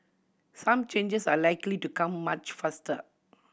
some changes are likely to come much faster